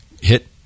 hit